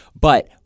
But-